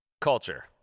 Culture